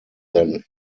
than